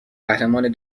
قهرمان